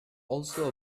also